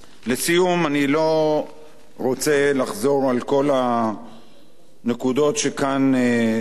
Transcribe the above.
אני לא רוצה לחזור על כל הנקודות שהזכרנו כאן.